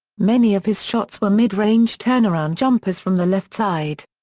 many of his shots were mid-range turnaround jumpers from the left side.